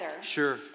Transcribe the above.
Sure